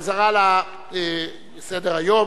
בחזרה לסדר-היום.